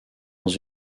dans